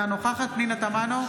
אינה נוכחת פנינה תמנו,